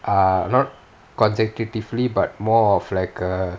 err not consecutively but more of like err